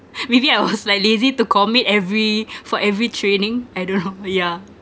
maybe I was like lazy to commit every for every training I don't know yeah